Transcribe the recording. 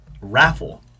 raffle